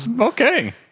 Okay